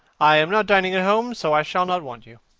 i am not dining at home, so i shall not want you.